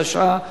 התשע"א 2010,